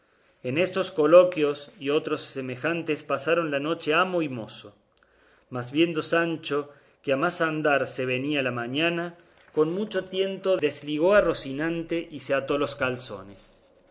en estos coloquios y otros semejantes pasaron la noche amo y mozo mas viendo sancho que a más andar se venía la mañana con mucho tiento desligó a rocinante y se ató los calzones